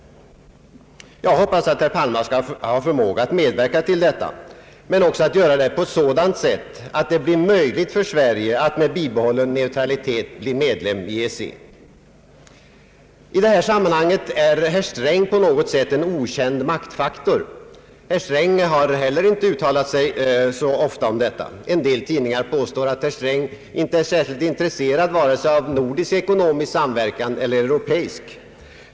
Jag hoppas att herr Palme skall ha förmåga att medverka till detta men också göra det på ett sådant sätt att det blir möjligt för Sverige att med bibehållen neutralitet bli medlem i EEC. I detta sammanhang är herr Sträng på något sätt en okänd maktfaktor. Herr Sträng har heller inte uttalat sig så ofta om detta. En del tidningar påstår att herr Sträng inte är särskilt intresserad vare sig av nordisk ekonomisk samverkan eller europeisk.